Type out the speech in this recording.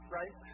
right